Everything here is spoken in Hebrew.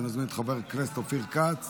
אני מזמין את חבר הכנסת אופיר כץ